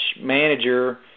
manager